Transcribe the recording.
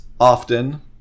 Often